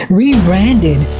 rebranded